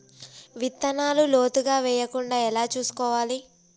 విత్తనాలు లోతుగా వెయ్యకుండా ఎలా చూసుకోవాలి?